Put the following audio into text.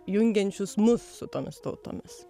jungiančius mus su tomis tautomis